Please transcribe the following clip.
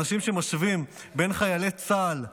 אנשים שמשווים בין חיילי צה"ל לבין,